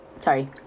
Sorry